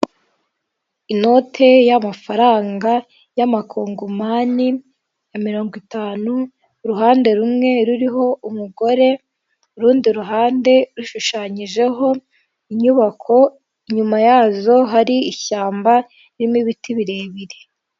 inote y'amafaranga y'amakongomani ya mirongo itanu, uruhande rumwe ruriho umugore urundi ruhande rushushanyijeho inyubako, inyuma yazo hari ishyamba ririmo ibiti birebire.